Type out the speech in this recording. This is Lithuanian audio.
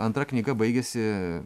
antra knyga baigiasi